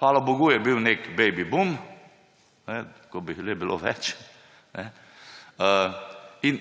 Hvala bogu, je bil nek babyboom, ko bi jih le bilo več, in